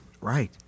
Right